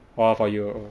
!wah! for you